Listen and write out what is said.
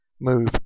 move